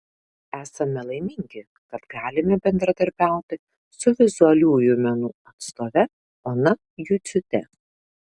esame laimingi kad galime bendradarbiauti su vizualiųjų menų atstove ona juciūte